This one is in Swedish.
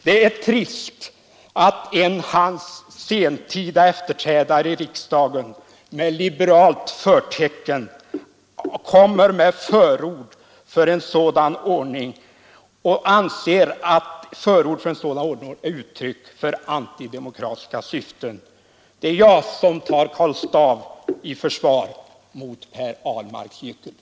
Det är trist att en av hans sentida efterträdare i riksdagen med liberalt förtecken anser förord för en sådan ordning vara uttryck för antidemokratiska syften. Det är jag som tar Karl Staaff i försvar mot herr Ahlmarks gyckel.